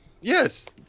yes